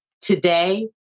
Today